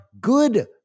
good